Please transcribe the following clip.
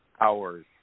hours